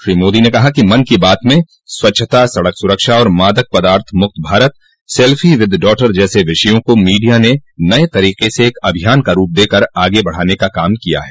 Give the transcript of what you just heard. श्री मोदी ने कहा कि मन की बात में स्वच्छता सड़क स्रक्षा और मादक पदाथ मुक्त भारत सेल्फी विद डॉटर जैसे विषयों को मीडिया ने नये तरीके से एक अभियान का रूप देकर आगे बढाने का काम किया है